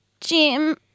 Jim